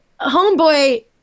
homeboy